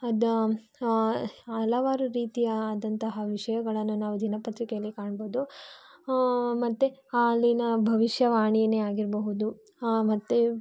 ಅದು ಹಲವಾರು ರೀತಿಯಾದಂತಹ ವಿಷಯಗಳನ್ನು ನಾವು ದಿನಪತ್ರಿಕೆಯಲ್ಲಿ ಕಾಣ್ಬೋದು ಮತ್ತು ಹಾಂ ಅಲ್ಲಿನ ಭವಿಷ್ಯವಾಣಿನೇ ಆಗಿರಬಹುದು ಮತ್ತು